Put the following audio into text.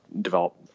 develop